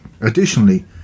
additionally